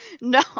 No